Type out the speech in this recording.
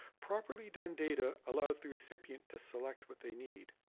properly done data allows the recipient to select what they need.